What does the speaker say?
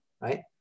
right